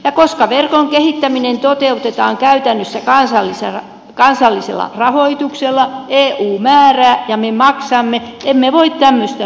ja koska verkon kehittäminen toteutetaan käytännössä kansallisella rahoituksella eu määrää ja me maksamme emme voi tämmöistä hyväksyä